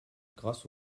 grace